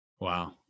Wow